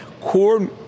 core